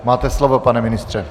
Máte slovo, pane ministře.